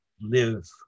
live